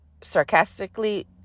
sarcastically